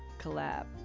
collab